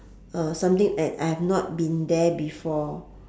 uh something that I've not been there before